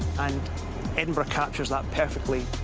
and edinburgh captures that perfectly.